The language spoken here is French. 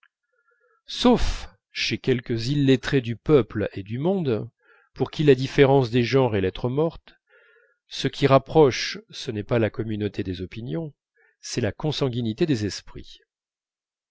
sauf chez quelques illettrés du peuple et du monde pour qui la différence des genres est lettre morte ce qui rapproche ce n'est pas la communauté des opinions c'est la consanguinité des esprits